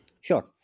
Sure